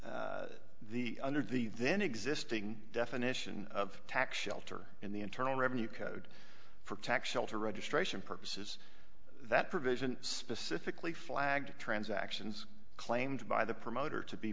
mean the under the then existing definition of tax shelter in the internal revenue code for tax shelter registration purposes that provision specifically flagged transactions claimed by the promoter to be